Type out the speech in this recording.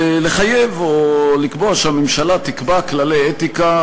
לחייב או לקבוע שהממשלה תקבע כללי אתיקה,